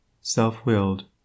self-willed